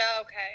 Okay